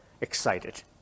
excited